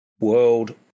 world